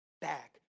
back